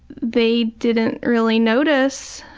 they didn't really notice.